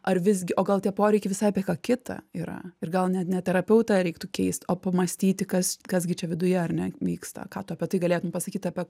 ar visgi o gal tie poreikiai visai apie ką kitą yra ir gal net ne terapeutą reiktų keist o pamąstyti kas kas gi čia viduje ar ne vyksta ką tu apie tai galėtum pasakyt apie